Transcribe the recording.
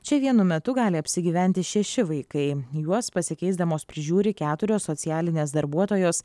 čia vienu metu gali apsigyventi šeši vaikai juos pasikeisdamos prižiūri keturios socialinės darbuotojos